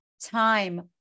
time